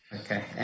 Okay